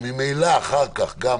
וממילא אחר כך גם